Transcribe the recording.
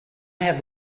have